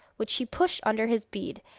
which he pushed under his bead,